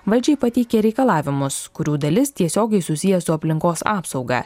valdžiai pateikė reikalavimus kurių dalis tiesiogiai susiję su aplinkos apsauga